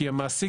כי,